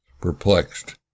perplexed